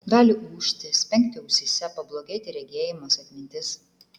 gali ūžti spengti ausyse pablogėti regėjimas atmintis